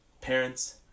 parents